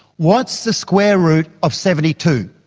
what's the square root of seventy two?